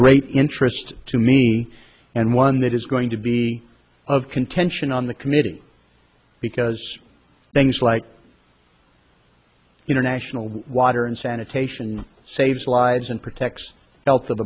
great interest to me and one that is going to be of contention on the committee because things like international water and sanitation saves lives and protects health of